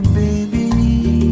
baby